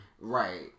Right